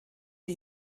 wir